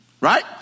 right